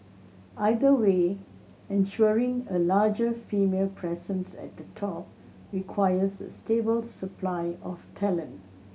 either way ensuring a larger female presence at the top requires a stable supply of talent